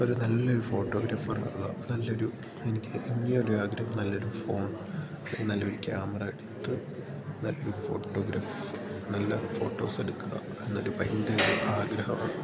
ഒരു നല്ലൊരു ഫോട്ടോഗ്രാഫർ നല്ലൊരു എനിക്കു വലിയ ഒരു ആഗ്രഹം നല്ലൊരു ഫോൺ അല്ല നല്ലൊരു ക്യാമറ എടുത്ത് നല്ലൊരു ഫോട്ടോഗ്രാഫ് നല്ല ഫോട്ടോസ് എടുക്കുക എന്നൊരു ഭയങ്കര ഒരു ആഗ്രഹമാണ്